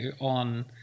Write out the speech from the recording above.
on